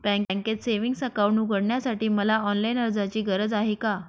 बँकेत savings account उघडण्यासाठी मला ऑनलाईन अर्जाची गरज आहे का?